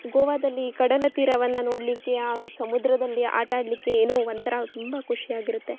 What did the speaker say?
ಗೋವಾದಲ್ಲಿ ಕಡಲತೀರವನ್ನು ನೋಡಲಿಕ್ಕೆ ಆ ಸಮುದ್ರದಲ್ಲಿ ಆಟ ಆಡಲಿಕ್ಕೆ ಏನೋ ಒಂಥರ ತುಂಬ ಖುಷಿಯಾಗಿರುತ್ತೆ